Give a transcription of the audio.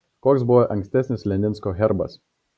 koks buvo ankstesnis leninsko herbas